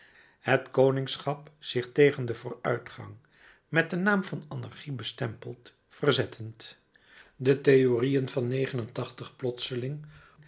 het koningschap zich tegen den vooruitgang met den naam van anarchie bestempeld verzettend de theorieën van plotseling